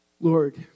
Lord